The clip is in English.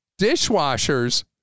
dishwashers